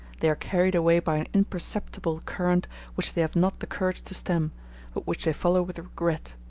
they are carried away by an imperceptible current which they have not the courage to stem, but which they follow with regret,